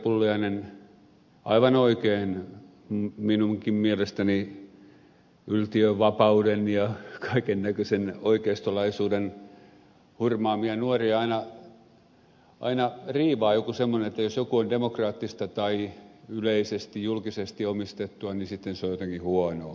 pulliainen sanoi aivan oikein minunkin mielestäni yltiövapauden ja kaiken näköisen oikeistolaisuuden hurmaamia nuoria aina riivaa joku semmoinen että jos joku on demokraattista tai yleisesti julkisesti omistettua niin sitten se on jotenkin huonoa